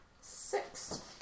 six